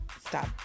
stop